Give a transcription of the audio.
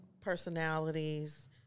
personalities